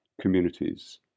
communities